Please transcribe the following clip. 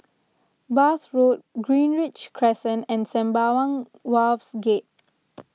Bath Road Greenridge Crescent and Sembawang Wharves Gate